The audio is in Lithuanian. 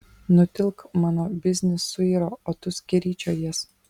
nutilk mano biznis suiro o tu skeryčiojies